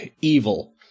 evil